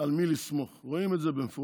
על מי לסמוך, רואים את זה במפורש,